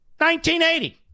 1980